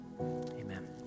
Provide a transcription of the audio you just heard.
Amen